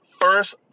first